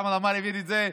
חמד עמאר הביא את זה,